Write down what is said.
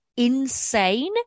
insane